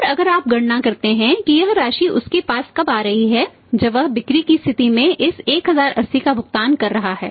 और अगर आप गणना करते हैं कि यह राशि उसके पास कब आ रही है जब वह बिक्री की स्थिति में इस 1080 का भुगतान कर रहा है